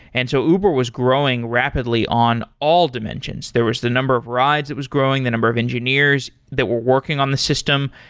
and so uber was growing rapidly on all dimensions. there was the number of rides that was growing, the number of engineers that were working on the system.